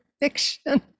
fiction